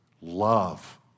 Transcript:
love